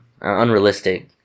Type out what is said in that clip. unrealistic